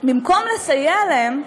במקום לסייע להם,